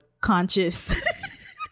conscious